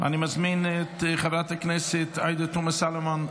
ואני מזמין את חברת הכנסת עאידה תומא סלימאן,